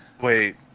Wait